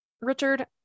Richard